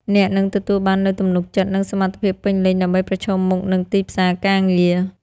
អ្នកនឹងទទួលបាននូវទំនុកចិត្ត និងសមត្ថភាពពេញលេញដើម្បីប្រឈមមុខនឹងទីផ្សារការងារ។